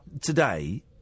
today